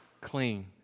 clean